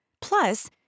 Plus